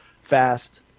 fast